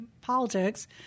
politics